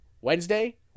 Wednesday